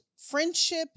friendship